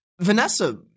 Vanessa